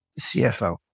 CFO